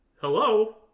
hello